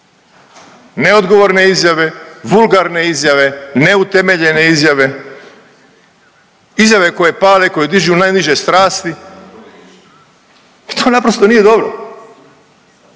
Neodgovorne izjave, vulgarne izjave, neutemeljene izjave. Izjave koje pale, koje dižu najniže strasti, pa to naprosto nije dobro.